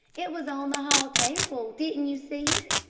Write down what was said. it was on the hall table didn't you see it?